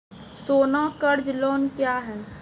सोना कर्ज लोन क्या हैं?